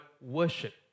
worship